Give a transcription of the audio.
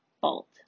fault